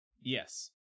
yes